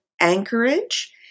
Anchorage